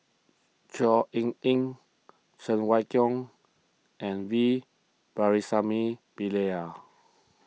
Chor Yeok Eng Cheng Wai Keung and V Pakirisamy Pillai